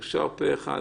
הצעת החוק אושרה פה אחד.